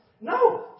No